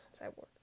Cyborg